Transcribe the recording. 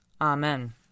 Amen